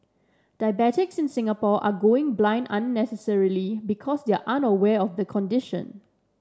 diabetics in Singapore are going blind unnecessarily because they are unaware of the condition